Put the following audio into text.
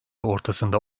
ortasında